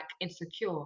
insecure